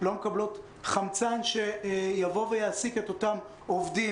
לא מקבלות חמצן שיעסיק את אותם עובדים,